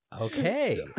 Okay